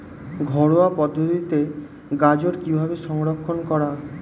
ঘরোয়া পদ্ধতিতে গাজর কিভাবে সংরক্ষণ করা?